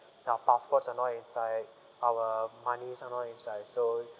our passports are not inside our money are not inside so